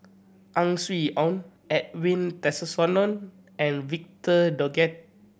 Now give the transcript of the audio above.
Ang Swee Aun Edwin Tessensohn and Victor Doggett